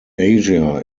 asia